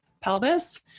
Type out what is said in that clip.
pelvis